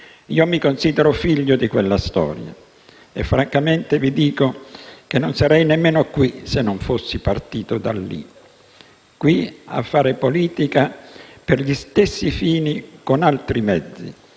mi considero figlio di quella storia. Francamente, vi dico che non sarei nemmeno qui se non fossi partito da lì, qui a fare politica per gli stessi fini con altri mezzi,